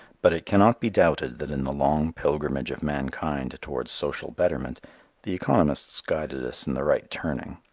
but it cannot be doubted that in the long pilgrimage of mankind towards social betterment the economists guided us in the right turning.